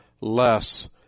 less